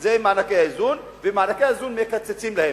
זה מענקי האיזון, ואת מענקי האיזון מקצצים להם.